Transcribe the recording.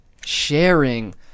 sharing